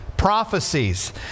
prophecies